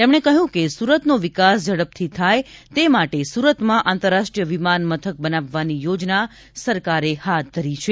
તેમણે કહ્યું કે સુરતનો વિકાસ ઝડપથી થાય તે માટે સુરતમાં આંતરરાષ્ટ્રીય વિમાન મથક બનાવવાની યોજના સરકારે હાથ ધરી છે